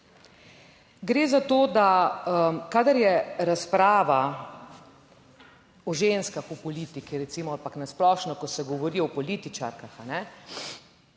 Gre za to, da kadar je razprava o ženskah v politiki recimo, ampak na splošno, ko se govori o političarkah,